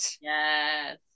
Yes